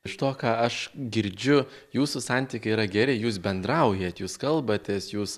iš to ką aš girdžiu jūsų santykiai yra geri jūs bendraujat jūs kalbatės jūs